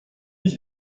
ich